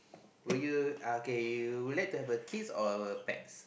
will you uh kay you will like to have a kids or a pets